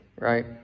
Right